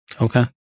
Okay